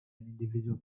individual